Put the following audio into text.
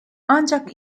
ancak